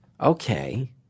Okay